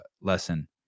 lesson